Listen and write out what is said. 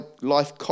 life